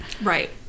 Right